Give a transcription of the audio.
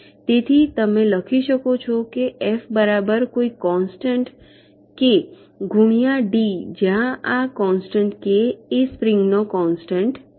તેથી તમે લખી શકો છો કે એફ બરાબર કોઈ કોન્સ્ટન્ટ કે ગુણ્યાં ડી જ્યાં આ કોન્સ્ટન્ટ કે એ સ્પ્રિંગનો કોન્સ્ટન્ટ છે